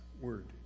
Word